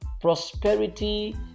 Prosperity